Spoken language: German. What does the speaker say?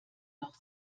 noch